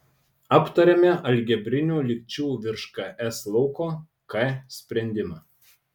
aptarėme algebrinių lygčių virš ks lauko k sprendimą